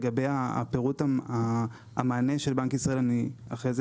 לגבי פירוט המענה של בנק ישראל אני אחרי זה